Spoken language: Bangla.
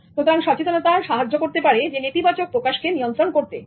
সুতরাং সচেতনতা সাহায্য করতে পারে নেতিবাচক প্রকাশকে নিয়ন্ত্রণ করতে